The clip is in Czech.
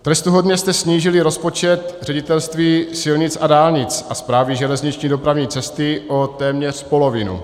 Trestuhodně jste snížili rozpočet Ředitelství silnic a dálnic a Správy železniční dopravní cesty o téměř polovinu.